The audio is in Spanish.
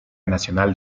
nacional